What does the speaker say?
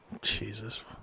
Jesus